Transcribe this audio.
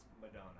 Madonna